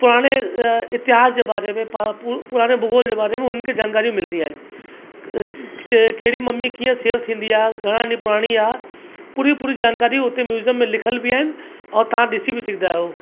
पुराणे इतिहास जे बारे में पा पू पुराणे भूगोल जे बारे में उन्हनि खे जानकारी मिलंदी आहिनि कहिड़ी मम्मी कीअं सेव थींदी आहे घणा ॾींहं पुराणी आहे पूरी पूरी जानकारी उते म्यूज़ियम में लिखियल बि आहिनि ऐं था ॾिसी बि सघंदा आहियो